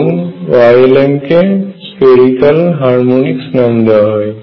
এবং Ylm কে spherical harmonics নাম দেওয়া হয়